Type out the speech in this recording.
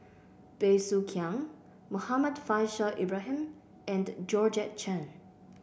Bey Soo Khiang Muhammad Faishal Ibrahim and Georgette Chen